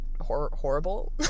horrible